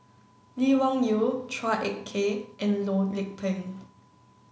Lee Wung Yew Chua Ek Kay and Loh Lik Peng